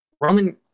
roman